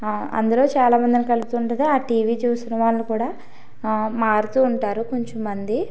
అందురూ చాలామందిని కలుపుతూ ఉంటుంది ఆ టీ వీ చూసిన వాళ్ళు కూడా మారుతూ ఉంటారు కొంచెంమంది